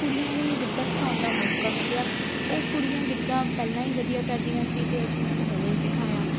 ਕੁੜੀਆਂ ਨੂੰ ਗਿੱਧਾ ਸਿਖਾਉਣ ਦਾ ਮੌਕਾ ਮਿਲਿਆ ਉਹ ਕੁੜੀਆਂ ਗਿੱਧਾ ਪਹਿਲਾਂ ਹੀ ਵਧੀਆ ਕਰਦੀਆਂ ਸੀ ਅਤੇ ਅਸੀਂ ਉਹਨਾਂ ਨੂੰ ਹੋਰ ਸਿਖਾਇਆ